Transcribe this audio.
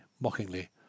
mockingly